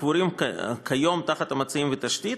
הקבורים כיום תחת מצעים ותשתית,